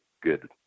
good